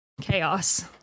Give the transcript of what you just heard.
chaos